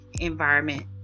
environment